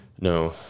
no